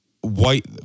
white